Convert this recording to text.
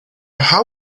how